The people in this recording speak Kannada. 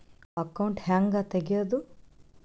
ಅಕೌಂಟ್ ಹ್ಯಾಂಗ ತೆಗ್ಯಾದು?